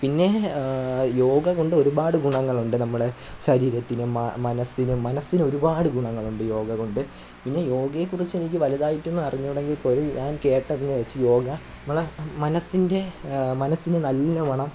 പിന്നെ യോഗ കൊണ്ട് ഒരുപാട് ഗുണങ്ങളുണ്ട് നമ്മളെ ശരീരത്തിനും മനസ്സിനും മനസ്സിന് ഒരുപാട് ഗുണങ്ങളുണ്ട് യോഗ കൊണ്ട് പിന്നെ യോഗയെ കുറിച്ച് എനിക്ക് വലുതായിട്ടൊന്നും അറിഞ്ഞുകൂട എങ്കിൽ പോലും ഞാൻ കേട്ടതിൽ വച്ച് യോഗ നമ്മളെ മനസ്സിന്റെ മനസ്സിന് നല്ലോണം